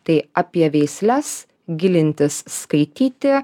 tai apie veisles gilintis skaityti